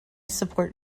support